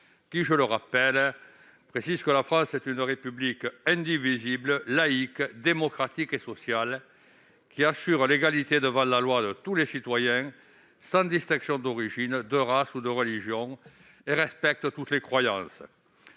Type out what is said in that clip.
selon lequel « La France est une République indivisible, laïque, démocratique et sociale[, qui] assure l'égalité devant la loi de tous les citoyens sans distinction d'origine, de race ou de religion [et] respecte toutes les croyances